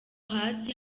hasi